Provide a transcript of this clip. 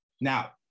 Now